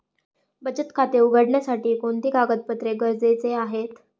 बचत खाते उघडण्यासाठी कोणते कागदपत्रे गरजेचे आहे?